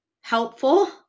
helpful